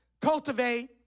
cultivate